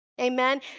Amen